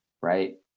right